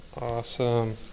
Awesome